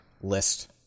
list